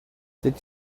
did